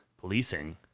policing